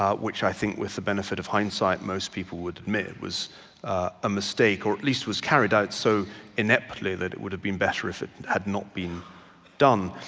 which i think with the benefit of hindsight most people would admit it was a mistake or at least was carried out so ineptly that it would have been better if it had not been done.